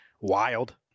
wild